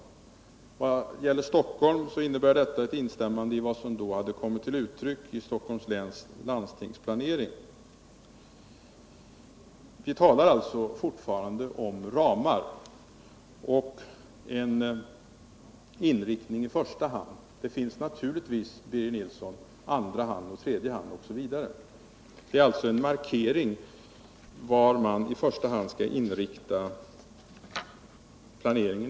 När det gäller Stockholm innebär detta ett instämmande i vad som då kom till uttryck i Stockholms läns landstingsplan. Vi talar alltså fortfarande om ramar och en inriktning i första hand — naturligtvis finns det, Birger Nilsson, en inriktning i andra och tredje hand osv. Det är alltså fråga om en markering av hur man i första hand skall inrikta planeringen.